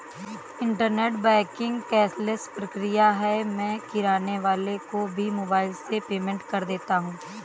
internet banking cashless प्रक्रिया है मैं किराने वाले को भी मोबाइल से पेमेंट कर देता हूँ